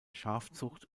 schafzucht